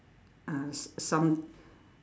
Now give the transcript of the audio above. ah some